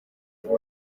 ngo